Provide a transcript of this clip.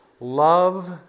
love